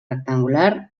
rectangular